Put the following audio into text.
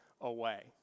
Away